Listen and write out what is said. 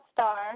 Star